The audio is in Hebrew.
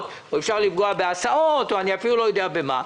או אפשר לפגוע בהסעות או אני אפילו לא יודע במה?